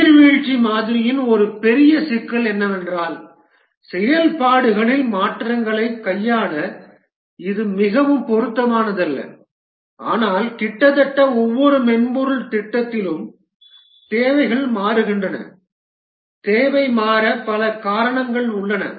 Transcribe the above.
நீர்வீழ்ச்சி மாதிரியின் ஒரு பெரிய சிக்கல் என்னவென்றால் செயல்பாடுகளில் மாற்றங்களைக் கையாள இது மிகவும் பொருத்தமானதல்ல ஆனால் கிட்டத்தட்ட ஒவ்வொரு மென்பொருள் திட்டத்திலும் தேவைகள் மாறுகின்றன தேவை மாற பல காரணங்கள் உள்ளன